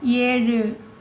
ஏழு